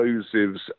explosives